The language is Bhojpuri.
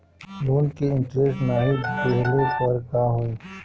लोन के इन्टरेस्ट नाही देहले पर का होई?